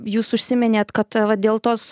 jūs užsiminėt kad va dėl tos